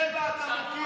באר שבע אתה מכיר,